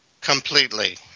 completely